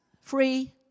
Free